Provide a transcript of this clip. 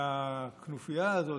והכנופיה הזאת,